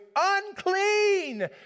unclean